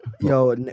yo